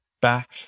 Back